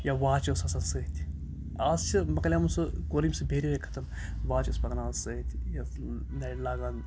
یا واچ ٲس آسان سۭتۍ آز چھِ مَکلیٛامُت سُہ کوٚر ییٚمۍ سُہ بیریَرٕے ختم واچ ٲسۍ پَکناوان سۭتۍ یہِ نَرِ لاگان